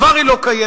כבר היא לא קיימת,